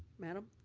madam.